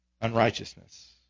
unrighteousness